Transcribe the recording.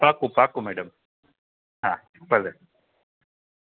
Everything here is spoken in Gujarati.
પાકું પાકું મેડમ હા ભલે